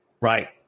Right